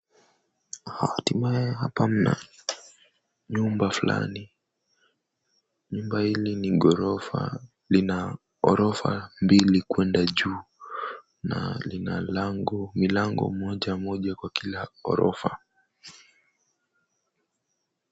Hatimaye hapa mna nyumba fulani. Nyumba hili ni ghorofa , lina ghorofa mbili kwenda juu na lina lango milango moja moja kwa kila ghorofa.